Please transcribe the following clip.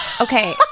okay